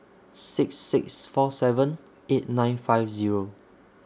six six four seven eight nine five Zero